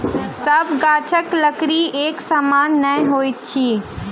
सभ गाछक लकड़ी एक समान नै होइत अछि